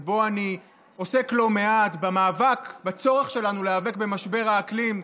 ואני עוסק לא מעט בצורך שלנו להיאבק במשבר האקלים,